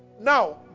now